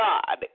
God